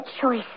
choice